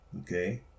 Okay